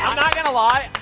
um not going to lie.